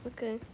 Okay